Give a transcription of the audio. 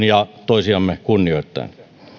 ja toisiamme kunnioittaen